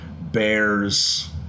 Bears